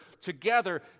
together